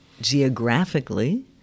geographically